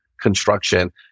Construction